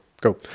Go